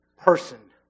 person